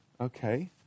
okay